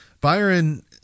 Byron